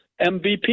MVP